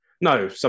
no